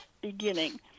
beginning